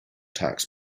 tax